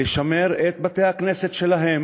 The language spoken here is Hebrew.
לשמר את בתי-הכנסת שלהם?